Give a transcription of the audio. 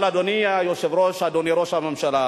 אבל, אדוני היושב-ראש, אדוני ראש הממשלה,